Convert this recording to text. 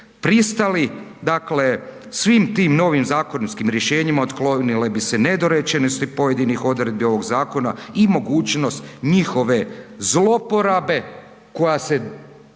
pristali. Dakle, svim tim novim zakonskim rješenjima otklonile bi se nedorečenosti pojedinih odredbi ovog zakona i mogućnost njihove zloporabe koja se